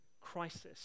crisis